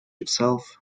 yourselves